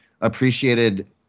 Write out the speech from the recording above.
appreciated